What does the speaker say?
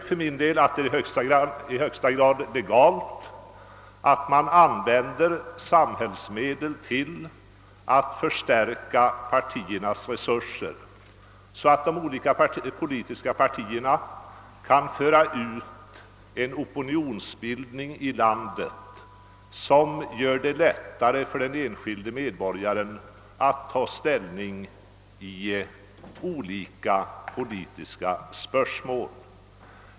För min del tycker jag att det är i högsta grad legalt att använda samhällets medel för att förstärka partiernas resurser, så att de kan föra ut en opinionsbildning i landet som gör det lättare för den enskilde medborgaren att ta ställning i olika politiska spörsmål.